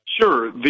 Sure